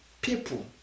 people